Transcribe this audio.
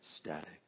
static